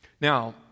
Now